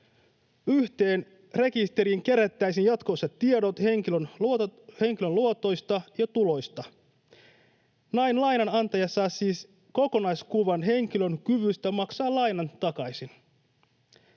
Yhteen rekisteriin kerättäisiin jatkossa tiedot henkilön luotoista ja tuloista. Näin lainanantaja saa siis kokonaiskuvan henkilön kyvystä maksaa laina takaisin.